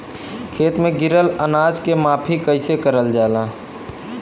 खेत में गिरल अनाज के माफ़ी कईसे करल जाला?